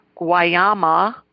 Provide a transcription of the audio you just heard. Guayama